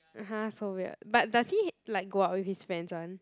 !huh! so weird but does he like go out with his friends [one]